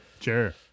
Sure